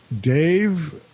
Dave